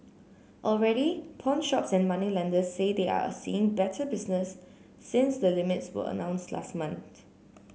already pawnshops and moneylenders say they are a seeing better business since the limits were announced last month